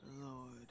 lord